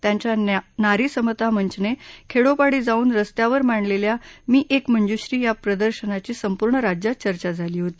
त्यांच्या नारी समता मंचने खेडो पाडी जाऊन रस्त्यांवर मांडलेल्या मी एक मंजुश्री या प्रदर्शनाची संपूर्ण राज्यात चर्चा झाली होती